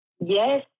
Yes